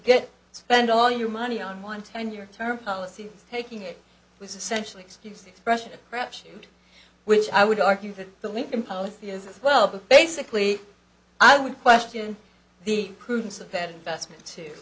get spend all your money on one ten year term policy taking it was essentially excuse the expression crapshoot which i would argue that the lincoln policy is well basically i would question the prudence of pet investment to